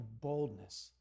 boldness